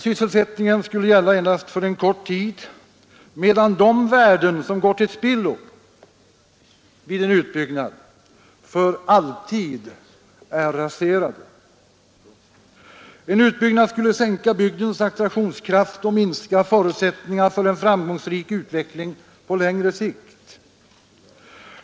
Sysselsättningen skulle vinnas endast för en kort tid, medan de värden som går till spillo vid en utbyggnad, för alltid är raserade. En utbyggnad skulle sänka bygdens attraktionskraft och minska förutsättningarna för en framgångsrik utveckling på längre sikt.